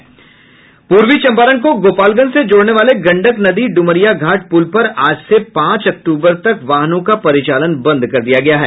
पूर्वी चंपारण से गोपालगंज को जोडने वाले गंडक नदी डुमरिया घाट पुल पर आज से पांच अक्तूबर तक वाहनों का परिचालन बंद कर दिया गया है